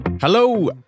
Hello